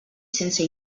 sense